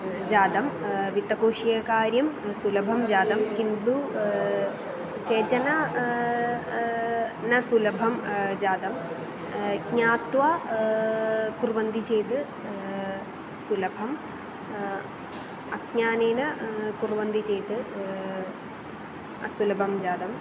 जातं वित्तकोशीयकार्यं सुलभं जातं किन्तु केचन न सुलभं जातं ज्ञात्वा कुर्वन्ति चेत् सुलभम् अज्ञानेन कुर्वन्ति चेत् असुलभं जातम्